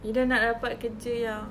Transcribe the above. ida nak dapat kerja yang